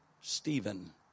Stephen